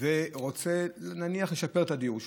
והוא רוצה לשפר את הדיור שלו,